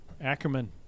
Ackerman